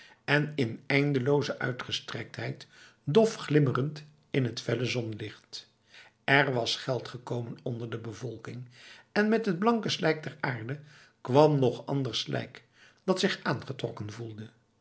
en in eindeloze uitgestrektheid dof glimmerend in t felle zonlicht er was geld gekomen onder de bevolking en met t blanke slijk der aarde kwam nog ander slijk dat zich aangetrokken voelde